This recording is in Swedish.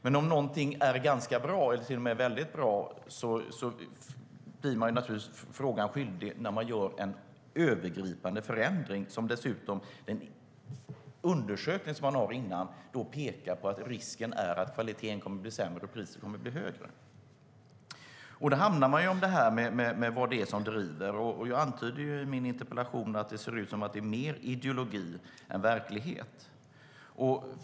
Men om någonting är ganska bra eller till och med väldigt bra blir man svaret skyldig om man gör en övergripande förändring av det, särskilt om den undersökning som man gör innan dess pekar på att risken finns att kvaliteten kommer att bli sämre och priset högre. Då hamnar vi i vad som driver det här. Jag antyder ju i min interpellation att det ser ut att vara mer ideologi än verklighet.